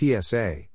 PSA